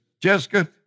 Jessica